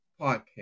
podcast